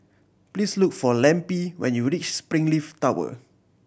please look for Lempi when you reach Springleaf Tower